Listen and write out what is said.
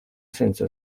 senza